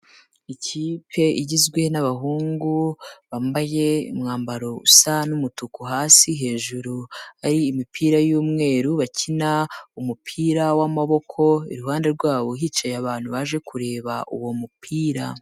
Ikipe igizwe n'abahungu, bambaye umwambaro usa n'umutuku hasi, hejuru ari imipira y'umweru bakina, umupira w'amaboko, iruhande rwabo hicaye abantu baje kureba uwo mupira.